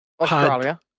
Australia